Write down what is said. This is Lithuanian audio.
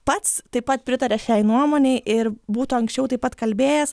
pats taip pat pritaria šiai nuomonei ir būtų anksčiau taip pat kalbėjęs